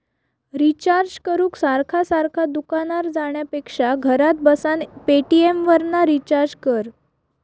recharge करूक सारखा सारखा दुकानार जाण्यापेक्षा घरात बसान पेटीएमवरना रिचार्ज कर